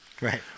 Right